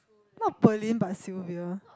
not Pearlyn but Sylvia